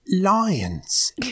lions